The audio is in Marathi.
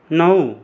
नऊ